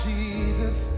Jesus